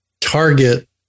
target